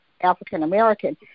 African-American